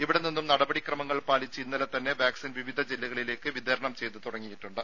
ഇവിടെ നിന്നും നടപടിക്രമങ്ങൾ പാലിച്ച് ഇന്നലെ തന്നെ വാക്സിൻ വിവിധ ജില്ലകളിലേക്ക് വിതരണം ചെയ്ത് തുടങ്ങിയിട്ടുണ്ട്